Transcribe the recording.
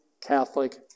Catholic